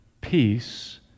peace